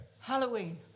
Halloween